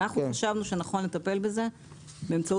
אנחנו חשבנו שנכון לטפל בזה באמצעות